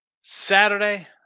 Saturday